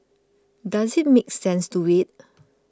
does it make sense to wait